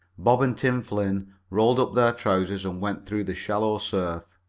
bob and tim flynn rolled up their trousers and went through the shallow surf.